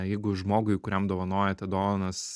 jeigu žmogui kuriam dovanojate dovanas